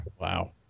Wow